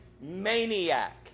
maniac